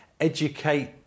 educate